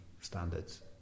standards